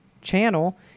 channel